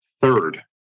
third